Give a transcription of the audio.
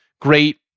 great